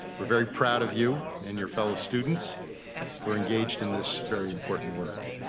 we're very proud of you and your fellow students who are engaged in this very important work.